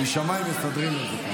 מזמינים את שר האוצר להשיב על הצעת החוק,